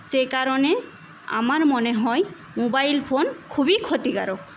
সে কারণে আমার মনে হয় মোবাইল ফোন খুবই ক্ষতিকারক